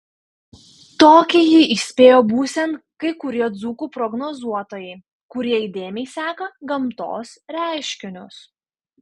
tokį jį įspėjo būsiant kai kurie dzūkų prognozuotojai kurie įdėmiai seka gamtos reiškinius